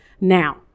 now